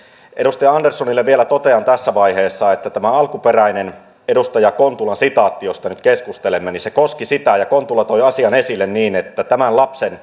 edustaja anderssonille vielä totean tässä vaiheessa että tämä alkuperäinen edustaja kontulan sitaatti josta nyt keskustelemme koski sitä ja kontula toi asian esille niin että